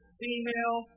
female